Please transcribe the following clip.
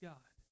God